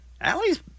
Allie's